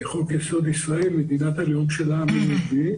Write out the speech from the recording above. חוק-יסוד: ישראל - מדינת הלאום של העם היהודי,